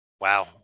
Wow